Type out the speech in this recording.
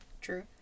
true